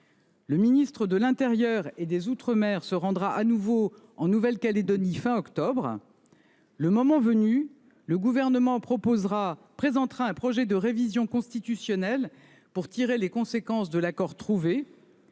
Le ministre de l’intérieur et des outre-mer se rendra de nouveau en Nouvelle-Calédonie à la fin du mois d’octobre. Le moment venu, le Gouvernement présentera un projet de révision constitutionnelle pour tirer les conséquences de l’accord trouvé.